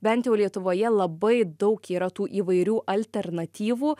bent jau lietuvoje labai daug yra tų įvairių alternatyvų